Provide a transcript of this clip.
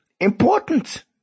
important